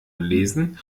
gelesen